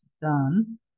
done